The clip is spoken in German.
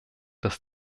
dass